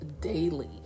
daily